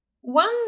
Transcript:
One